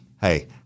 Hey